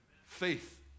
Faith